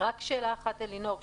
רק שאלה אחת, אלינור.